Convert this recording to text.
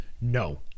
No